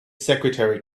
secretary